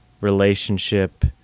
relationship